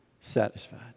satisfied